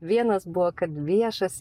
vienas buvo kad viešas